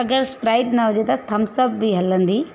अगरि स्प्राइट न हुजे त थम्स अप बि हलंदी